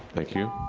thank you,